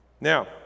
Now